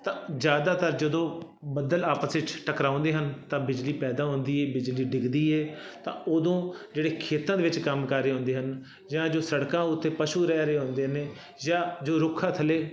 ਤਾਂ ਜ਼ਿਆਦਾਤਰ ਜਦੋਂ ਬੱਦਲ ਆਪਸ ਵਿੱਚ ਟਕਰਾਉਂਦੇ ਹਨ ਤਾਂ ਬਿਜਲੀ ਪੈਦਾ ਹੁੰਦੀ ਹੈ ਬਿਜਲੀ ਡਿੱਗਦੀ ਹੈ ਤਾਂ ਉਦੋਂ ਜਿਹੜੇ ਖੇਤਾਂ ਦੇ ਵਿੱਚ ਕੰਮ ਕਰ ਰਹੇ ਹੁੰਦੇ ਹਨ ਜਾਂ ਜੋ ਸੜਕਾਂ ਉੱਤੇ ਪਸ਼ੂ ਰਹਿ ਰਹੇ ਹੁੰਦੇ ਨੇ ਜਾਂ ਜੋ ਰੁੱਖਾਂ ਥੱਲੇ